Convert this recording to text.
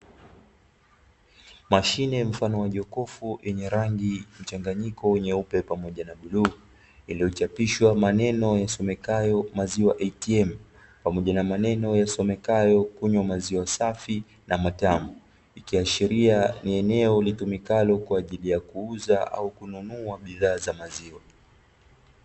Mashine mfano wa jokofu yenye rangi mchanganyiko; nyeupe pamoja na bluu, iliyochapishwa maneno yasomekayo "maziwa atm" pamoja na maneno yasomekayo "kunywa maziwa safi na matamu". Ikiashiria ni eneo litumikalo kwa ajili ya kuuza au kununua bidhaa za maziwa.